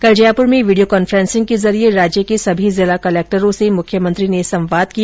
कल जयपुर में video conferencing के जरिये राज्य के सभी जिला कलेक्टरों से मुख्यमंत्री ने संवाद किया